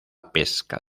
pesca